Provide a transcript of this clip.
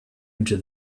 into